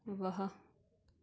ਵਾਹ